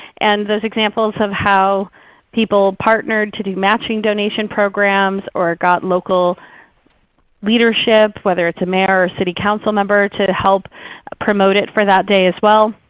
and those examples of how people partnered to do matching donation programs, or got local leadership, whether it's a mayor or city councilmember to help promote it for that day as well.